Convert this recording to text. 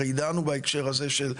הרי דנו בהקשר הזה של,